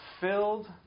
filled